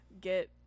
get